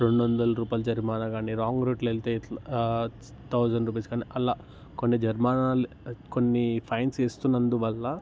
రెండు వందల రూపాయల జరిమానా కానీ రాంగ్ రూట్లో వెళితే థౌజండ్ రూపీస్ కానీ అలా కొన్ని జరిమానాలు కొన్ని ఫైన్స్ వేస్తున్నందు వల్ల